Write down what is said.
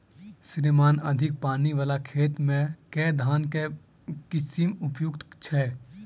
श्रीमान अधिक पानि वला खेत मे केँ धान केँ किसिम उपयुक्त छैय?